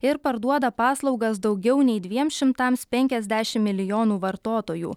ir parduoda paslaugas daugiau nei dviem šimtams penkiasdešim milijonų vartotojų